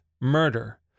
murder